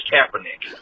Kaepernick